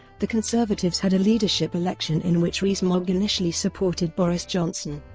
the conservatives had a leadership election in which rees-mogg initially supported boris johnson.